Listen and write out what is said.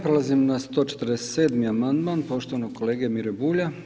Prelazimo na 147. amandman, poštovanog kolega Mire Bulja.